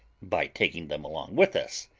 by taking them along with us,